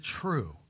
true